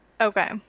Okay